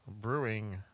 Brewing